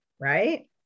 right